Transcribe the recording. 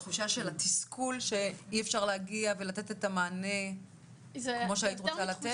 התחושה של התסכול שאי אפשר להגיע ולתת את המענה כמו שהיית רוצה לתת?